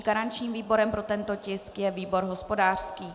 Garančním výborem pro tento tisk je výbor hospodářský.